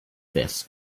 this